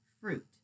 fruit